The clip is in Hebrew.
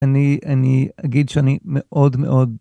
אני, אני אגיד שאני מאוד מאוד